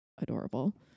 adorable